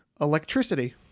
electricity